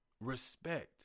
Respect